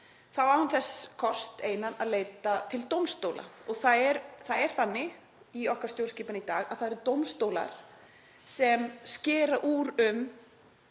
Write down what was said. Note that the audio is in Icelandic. þá á hann þann kost einan að leita til dómstóla og það er þannig í okkar stjórnskipun í dag að það eru dómstólar sem skera úr um